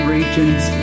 Region's